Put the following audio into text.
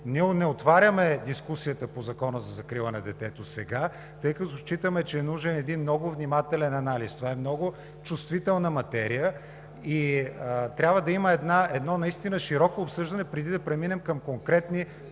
не отваряме дискусията по Закона за закрила на детето сега, тъй като считаме, че е нужен един много внимателен анализ. Това е много чувствителна материя и трябва да има едно наистина широко обсъждане преди да преминем към конкретни